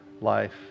life